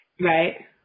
Right